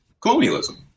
colonialism